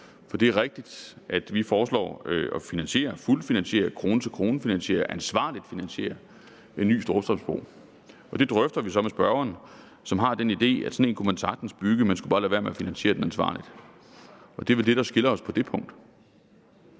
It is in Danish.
Det er rigtigt, at vi foreslår at finansiere, fuldfinansiere, krone til krone-finansiere, ansvarligt finansiere en ny Storstrømsbro, og det drøfter vi så med spørgeren, som har den idé, at sådan en kunne man sagtens bygge, man skulle bare lade være med at finansiere den ansvarligt. Det er vel det, der skiller os på det punkt.